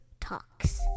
Talks